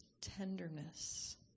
tenderness